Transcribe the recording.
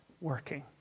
working